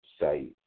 site